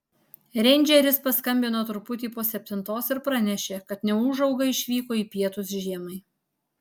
reindžeris paskambino truputį po septintos ir pranešė kad neūžauga išvyko į pietus žiemai